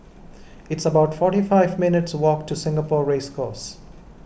it's about forty five minutes' walk to Singapore Race Course